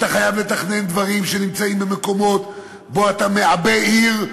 אתה חייב לתכנן דברים במקומות שבהם אתה מעבה עיר,